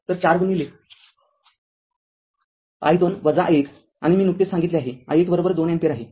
तर ४ गुणिले i२ i१आणि मी नुकतेच सांगितले आहे i१२अँपिअर आहे